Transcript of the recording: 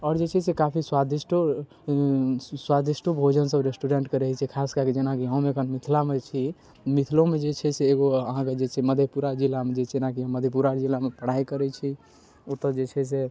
आओर जे छै से काफी स्वादिष्टो स्वादिष्टो भोजनसब रेस्टोरेन्टके रहै छै खासकऽ कऽ जेनाकि हम एखन मिथिलामे छी मिथिलोमे जे छै से एगो अहाँके जे छै मधेपुरा जिलामे जे छै जेनाकि हम मधेपुरा जिलामे पढ़ाइ करै छी ओतऽ जे छै से